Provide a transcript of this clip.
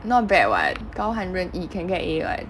not bad [what] 高汉任意 can get A [what]